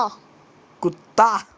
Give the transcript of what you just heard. कुत्ता